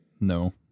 No